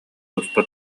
туспа